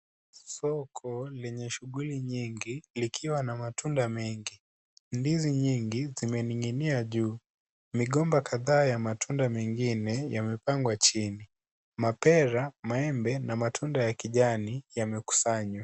Soko lenye shughuli nyingi likiwa na matunda mengi. Ndizi nyingi zimeninginia juu. Migomba kadhaa ya matunda mengine yamepangwa chini. Mapera, maembe na matunda ya kijani yamekusanywa.